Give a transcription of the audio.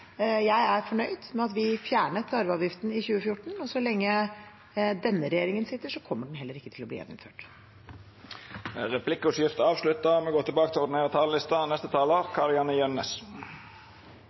Jeg er fornøyd med at vi fjernet arveavgiften i 2014, og så lenge denne regjeringen sitter, kommer den heller ikke til å bli gjeninnført. Replikkordskiftet er avslutta.